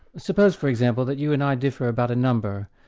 suppose for example that you and i differ about a number.